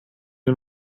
nur